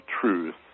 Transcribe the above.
truth